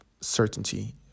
certainty